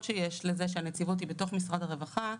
שיש לזה שהנציבות היא בתוך משרד הרווחה,